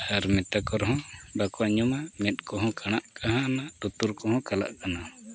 ᱟᱨ ᱢᱮᱛᱟ ᱠᱚ ᱨᱮᱦᱚᱸ ᱵᱟᱠᱚ ᱟᱸᱡᱚᱢᱟ ᱢᱮᱫ ᱠᱚᱦᱚᱸ ᱠᱟᱬᱟᱜ ᱠᱟᱱᱟ ᱞᱩᱛᱩᱨ ᱠᱚᱦᱚᱸ ᱠᱟᱞᱟᱜ ᱠᱟᱱᱟ